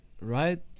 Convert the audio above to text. right